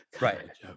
Right